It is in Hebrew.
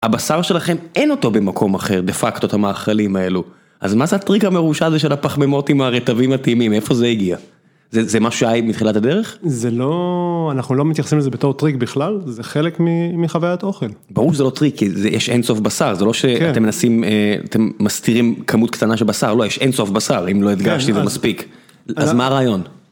הבשר שלכם אין אותו במקום אחר דה פקטו, את המאכלים האלו. אז מה זה הטריק המרושע הזה של הפחמימות עם הרטבים הטעימים, איפה זה הגיע? זה, זה מה שהיית מתחילת הדרך? זה לא... אנחנו לא מתייחסים לזה בתור טריק בכלל, זה חלק מחוויית אוכל. ברור שזה לא טריק, יש אין סוף בשר, זה לא שאתם מנסים, הא... אתם מסתירים כמות קטנה של בשר, לא, יש אין סוף בשר, אם לא הדגשתי את זה מספיק. אז מה הרעיון?